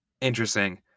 Interesting